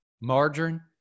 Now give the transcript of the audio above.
Margarine